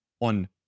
on